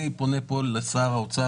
אני פונה פה לשר האוצר,